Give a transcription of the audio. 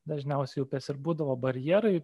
dažniausiai upės ir būdavo barjerai